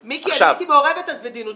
מיקי, אני הייתי מעורבת אז בדין ודברים.